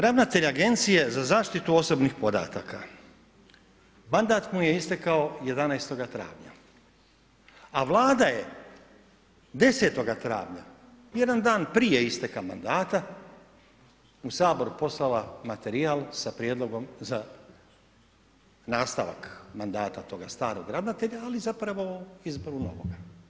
Ravnatelj agencije za zaštitu osobnih podataka, mandat mu je istekao 11. travnja a Vlada je 10. travnja jedan dan prije isteka mandata u Sabor poslala materijal sa prijedlogom za nastavak mandata toga starog ravnatelja ali zapravo izboru novoga.